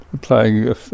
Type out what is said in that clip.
playing